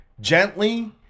gently